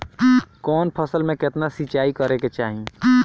कवन फसल में केतना सिंचाई करेके चाही?